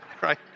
Right